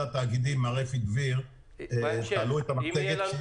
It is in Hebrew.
התאגידים מר אפי דביר יציג את המצגת.